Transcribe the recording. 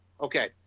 okay